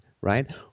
right